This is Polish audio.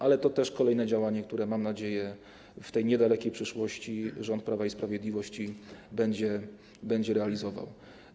Ale to też kolejne działanie, które, mam nadzieję, w niedalekiej przyszłości rząd Prawa i Sprawiedliwości będzie realizował.